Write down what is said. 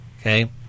Okay